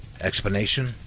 Explanation